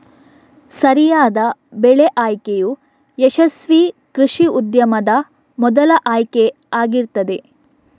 ಸರಿಯಾದ ಬೆಳೆ ಆಯ್ಕೆಯು ಯಶಸ್ವೀ ಕೃಷಿ ಉದ್ಯಮದ ಮೊದಲ ಆಯ್ಕೆ ಆಗಿರ್ತದೆ